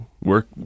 work